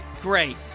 Great